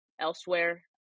elsewhere